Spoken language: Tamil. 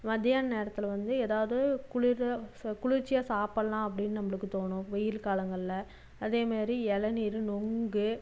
மதியான நேரத்தில் வந்து எதாவது குளிர் குளிர்ச்சியாக சாப்பிட்லாம் அப்படின்னு நம்மளுக்கு தோணும் வெயில் காலங்கள்ல அதேமாரி இளநீரு நொங்கு